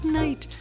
night